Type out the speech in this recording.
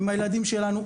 עם הילדים שלנו,